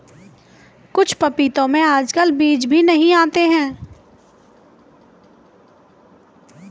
कुछ पपीतों में आजकल बीज भी नहीं आते हैं